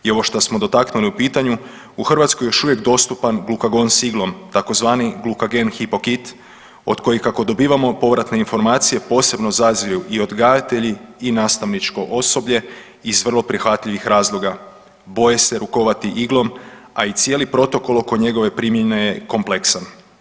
I ovo što smo dotaknuli u pitanju u Hrvatskoj je još uvijek dostupan glukagon s iglom tzv. Glucagen Gypokit od kojih kako dobivamo povratne informacije posebno zaziru i odgajatelji i nastavničko osoblje iz vrlo prihvatljivih razloga, boje se rukovati iglom, a i cijeli protokol oko njegove primjene je kompleksan.